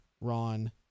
Ron